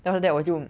then after that 我就